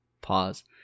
Pause